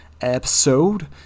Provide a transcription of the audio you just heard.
episode